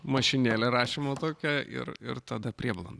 mašinėlė rašymo tokia ir ir tada prieblanda